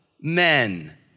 men